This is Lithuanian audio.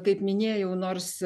kaip minėjau nors